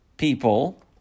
People